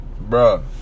bro